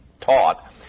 taught